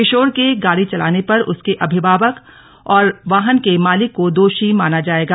किशोर के गाड़ी चलाने पर उसके अभिभावक और वाहन के मालिक को दोषी माना जाएगा